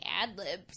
ad-libs